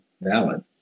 valid